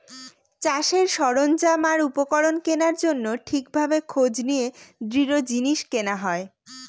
চাষের সরঞ্জাম আর উপকরণ কেনার জন্য ঠিক ভাবে খোঁজ নিয়ে দৃঢ় জিনিস কেনা হয়